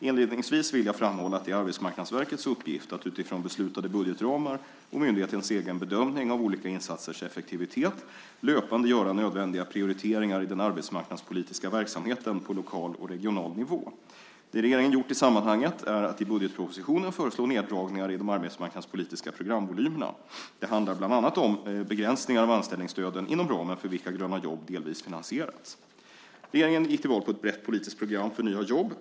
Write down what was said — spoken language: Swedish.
Inledningsvis vill jag framhålla att det är Arbetsmarknadsverkets uppgift att utifrån beslutade budgetramar och myndighetens egen bedömning av olika insatsers effektivitet löpande göra nödvändiga prioriteringar i den arbetsmarknadspolitiska verksamheten på lokal och regional nivå. Det regeringen gjort i sammanhanget är att i budgetpropositionen föreslå neddragningar i de arbetsmarknadspolitiska programvolymerna. Det handlar bland annat om begränsningar av anställningsstöden inom ramen för vilka Gröna jobb delvis finansierats. Regeringen gick till val på ett brett politiskt program för nya jobb.